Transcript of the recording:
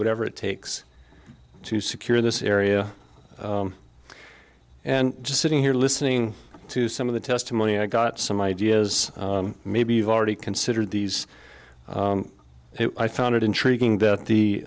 whatever it takes to secure this area and just sitting here listening to some of the testimony i got some ideas maybe you've already considered these i found it intriguing that